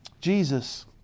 Jesus